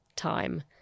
time